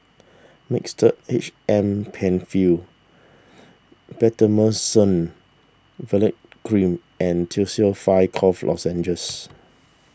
Mixtard H M Penfill Betamethasone Valerate Cream and Tussils five Cough Lozenges